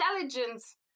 intelligence